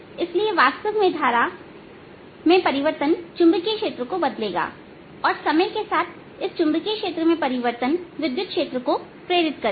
इसलिए वास्तव में धारा में परिवर्तन चुंबकीय क्षेत्र को बदलेगा और समय के साथ इस चुंबकीय क्षेत्र में परिवर्तन विद्युत क्षेत्र को प्रेरित करेगा